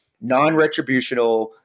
non-retributional